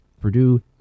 purdue